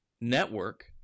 network